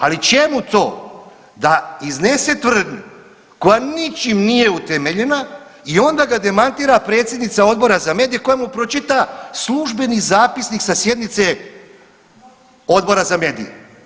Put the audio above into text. Ali, čemu to da iznese tvrdnju koja ničim nije utemeljena i onda ga demantira predsjednica Odbora za medije koja mu pročita službeni zapisnik sa sjednice Odbora za medije.